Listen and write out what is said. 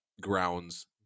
grounds